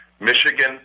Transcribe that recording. Michigan